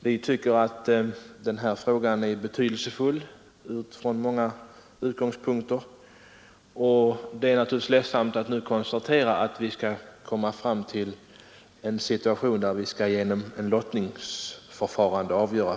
Vi tycker att frågan är betydelsefull ur många synpunkter, och det är naturligtvis ledsamt att nu behöva konstatera att den kommer att avgöras Nr 55 genom ett lottningsförfarande.